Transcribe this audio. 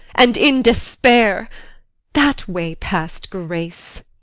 and in despair that way past grace.